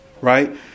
right